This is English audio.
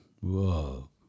Whoa